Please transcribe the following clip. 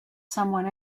someone